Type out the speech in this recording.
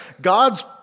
God's